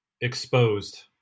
exposed